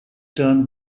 turn